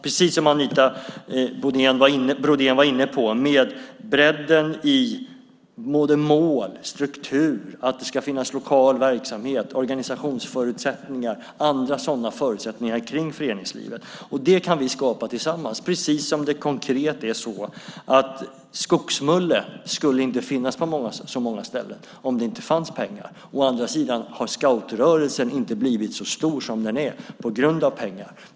Precis som Anita Brodén sade handlar det om bredden. Det handlar om att det ska finnas mål, struktur, lokal verksamhet, organisationsförutsättningar och andra sådana förutsättningar i föreningslivet. Det kan vi skapa tillsammans. Skogsmulle skulle inte finnas på så många ställen om det inte fanns pengar, men å andra sidan har scoutrörelsen inte blivit så stor som den är på grund av pengar.